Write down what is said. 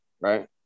right